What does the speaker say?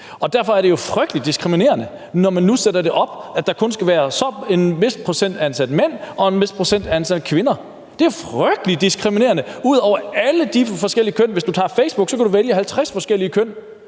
og derfor er det jo frygtelig diskriminerende, når man nu sætter det op, sådan at der skal være en vis procentandel mænd og en vis procentandel kvinder. Det er frygtelig diskriminerende for alle de forskellige køn. På Facebook kan du vælge imellem 50 forskellige køn,